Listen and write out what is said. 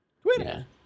Twitter